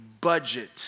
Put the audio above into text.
budget